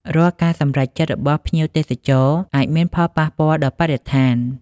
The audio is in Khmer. រាល់ការសម្រេចចិត្តរបស់ភ្ញៀវទេសចរអាចមានផលប៉ះពាល់ដល់បរិស្ថាន។